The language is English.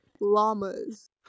Llamas